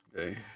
okay